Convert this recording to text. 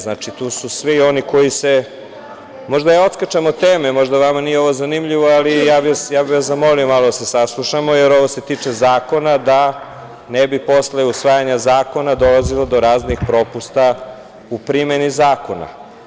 Znači, tu su svi oni koji se… možda ja odskačem od teme, možda vama to nije zanimljivo, ali bih vas zamolio da se saslušamo, jer ovo se tiče zakona tako da ne bi posle usvajanja zakona dolazilo do raznih propusta u primeni zakona.